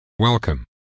Welcome